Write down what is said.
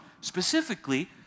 Specifically